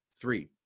three